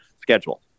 schedule